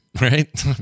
right